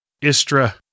Istra